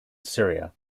syria